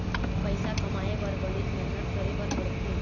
पइसा कमाए बर बनेच मेहनत करे बर पड़थे